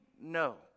no